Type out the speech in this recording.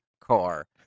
car